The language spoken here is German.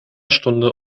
stunde